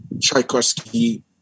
Tchaikovsky